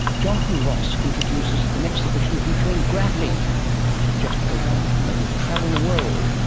jonathan ross introduces an exhibition featuring graphene which has just opened, and that will travel the world,